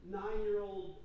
nine-year-old